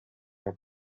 are